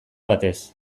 batez